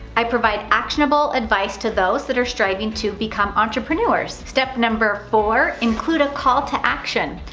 i provide actionable advice to those that are striving to become entrepreneurs. step number four include a call to action.